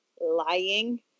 lying